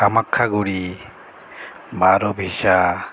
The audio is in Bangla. কামাক্ষাগুড়ি বারোবিশা